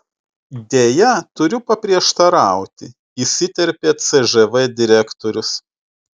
deja turiu paprieštarauti įsiterpė cžv direktorius